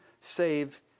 save